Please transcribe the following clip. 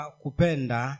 kupenda